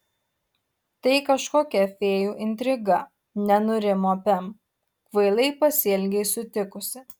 tai kažkokia fėjų intriga nenurimo pem kvailai pasielgei sutikusi